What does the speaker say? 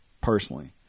personally